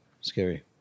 Scary